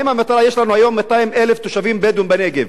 יש לנו היום 200,000 תושבים בדואים בנגב,